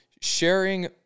sharing